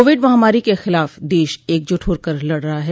Covid महामारी के खिलाफ देश एकजुट होकर लड़ रहा है